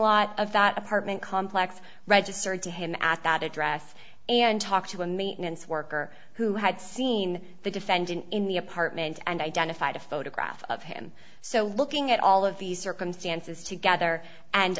lot of that apartment complex registered to him at that address and talked to a maintenance worker who had seen the defendant in the apartment and identified a photograph of him so looking at all of these circumstances together and